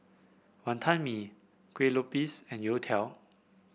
Wonton Mee Kueh Lopes and youtiao